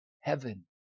heaven